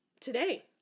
today